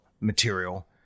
material